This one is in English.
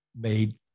made